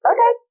Okay